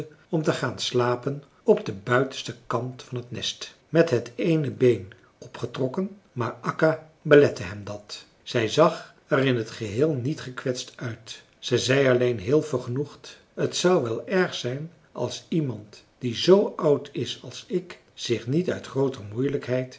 om te gaan slapen op den buitensten kant van het nest met het eene been opgetrokken maar akka belette hem dat zij zag er in t geheel niet gekwetst uit ze zei alleen heel vergenoegd t zou wel erg zijn als iemand die zoo oud is als ik zich niet uit grooter moeilijkheid